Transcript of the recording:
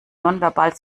nonverbal